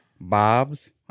Bob's